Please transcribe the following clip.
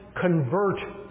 convert